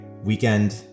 weekend